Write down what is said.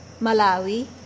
Malawi